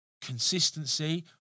consistency